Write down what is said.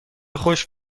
خشک